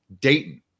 Dayton